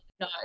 No